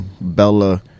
bella